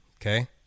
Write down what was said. Okay